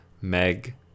Meg